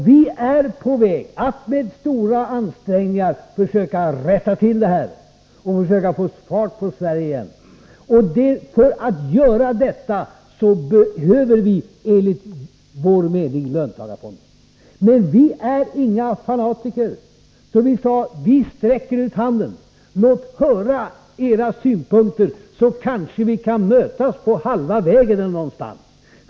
Vi är på väg att med stora ansträngningar försöka rätta till detta och försöka få fart på Sverige igen. För att göra det behöver vi, enligt vår mening, löntagarfonderna. Men vi är inga fanatiker, så vi sade: Vi sträcker ut handen. Låt höra era synpunkter, så kanske vi kan mötas på halva vägen!